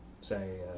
say